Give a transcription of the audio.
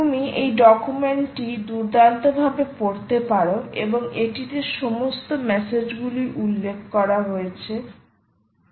তুমি এই ডকুমেন্টটি দুর্দান্তভাবে পড়তে পার এবং এটিতে সমস্ত মেসেজগুলি উল্লেখ করা হয়েছে